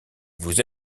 vous